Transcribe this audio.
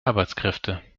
arbeitskräfte